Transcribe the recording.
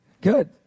Good